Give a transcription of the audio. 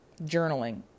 journaling